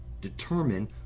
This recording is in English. determine